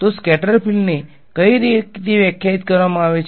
તો સ્કેટર ફિલ્ડને કઈ રીતે વ્યાખ્યાયિત કરવામાં આવે છે